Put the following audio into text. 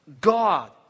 God